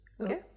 okay